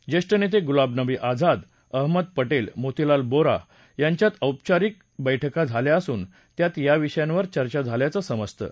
ज्येष्ठ नेते गुलाम नबी आझाद अहमद पटेल मोतीलाल बोरा यांच्यात अनौपचारिक बैठका झाल्या असून त्यात या विषयावर चर्चा झाल्याचं समजतं